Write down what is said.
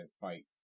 fight